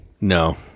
No